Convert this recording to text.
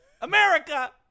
America